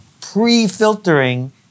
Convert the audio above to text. pre-filtering